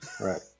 Right